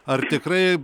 ar tikrai